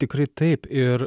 tikrai taip ir